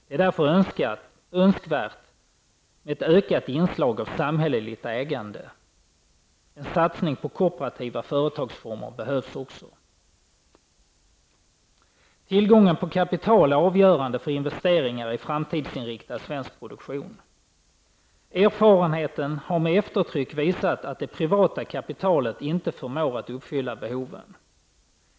Det är därför önskvärt med ett ökat inslag av samhälleligt ägande. En satsning på kooperativa företagsformer behövs också. Tillgången på kapital är avgörande för investeringar i framtidsinriktad svenska produktion. Erfarenheter har med eftertryck visat att det privata kapitalet inte förmår uppfylla behoven.